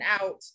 out